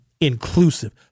inclusive